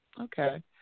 okay